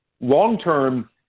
Long-term